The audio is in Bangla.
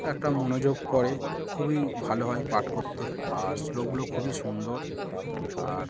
একটা মনোযোগ পড়ে খুবই ভালো হয় পাঠ করতে আর শ্লোকগুলো খুবই সুন্দর আর